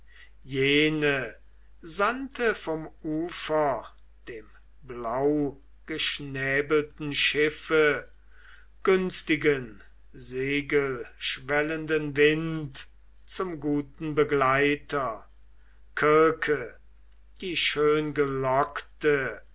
jene sandte vom ufer dem blaugeschnäbelten schiffe günstigen segelschwellenden wind zum guten begleiter kirke die